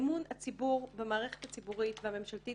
אמון הציבור במערכת הציבורית והממשלתית